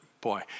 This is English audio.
boy